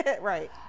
Right